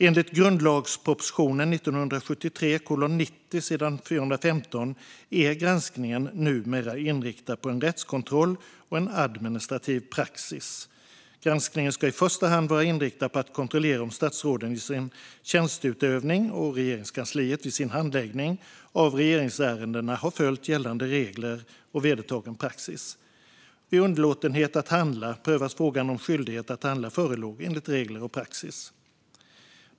Enligt grundlagspropositionen 1973:90, sidan 415, är granskningen numera inriktad på rättskontroll och administrativ praxis. Granskningen ska i första hand vara inriktad på att kontrollera om statsråden i sin tjänsteutövning och Regeringskansliet i sin handläggning av regeringsärendena har följt gällande regler och vedertagen praxis. Vid underlåtenhet att handla prövas frågan om skyldighet att handla förelåg enligt regler och praxis.